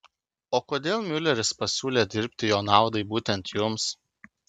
o kodėl miuleris pasiūlė dirbti jo naudai būtent jums